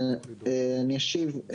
אני אשיב.